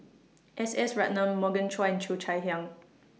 S S Ratnam Morgan Chua and Cheo Chai Hiang